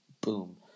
Boom